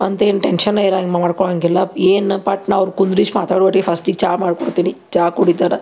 ಅಂತೇನೂ tension ಇರಾಂಗ ಮಾಡ್ಕೊಳ್ಳಂಗಿಲ್ಲ ಏನ ಪಟ್ನೆ ಅವ್ರ ಕುಂದ್ರಿಸಿ ಮಾತಾಡ್ವಟ್ಟಿಗೆ ಫಸ್ಟಿಗೆ ಚಾ ಮಾಡ್ಕೊಡ್ತೀನಿ ಚಾ ಕುಡಿತಾರೆ